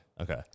Okay